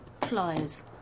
pliers